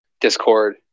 Discord